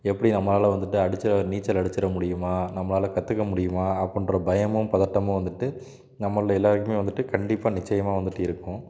எப்படி நம்மளால் வந்துட்டு அடிச்ச நீச்சல் அடிச்சிர முடியுமா நம்மளால் கற்றுக்க முடியுமா அப்புடின்ற பயமும் பதட்டமும் வந்துட்டு நம்மளை எல்லாருக்குமே வந்துட்டு கண்டிப்பாக நிச்சயமாக வந்துட்டு இருக்கும்